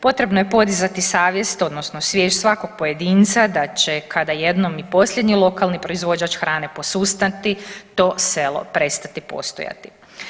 Potrebno je podizati savjest odnosno svijest svakog pojedinca da će kada jednom i posljednji lokalni proizvođač hrane posustati to selo prestati postojati.